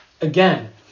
Again